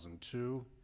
2002